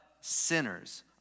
Sinners